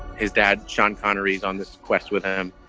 his dad, sean connery, is on this quest with him.